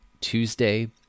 Tuesday